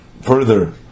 further